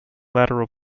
lateral